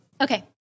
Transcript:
Okay